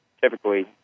typically